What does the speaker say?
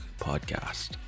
Podcast